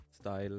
style